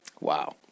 wow